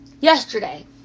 Yesterday